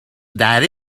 that